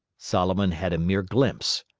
solomon had a mere glimpse.